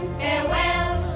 farewell